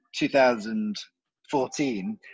2014